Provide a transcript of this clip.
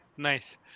Nice